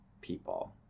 people